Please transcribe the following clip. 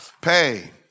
Pay